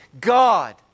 God